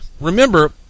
remember